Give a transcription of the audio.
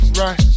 right